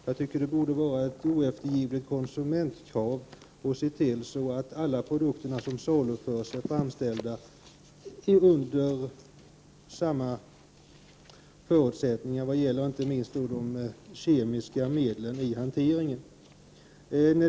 Jag tycker att det borde vara ett oeftergivligt konsumentkrav att se till att alla produkter som saluförs är framställda under samma förutsättningar, inte minst när det gäller de kemiska medlen i hanteringen.